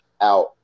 out